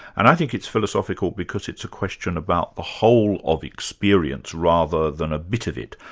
and i think it's philosophical because it's a question about the whole of experience, rather than a bit of it.